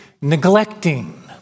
neglecting